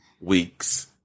week's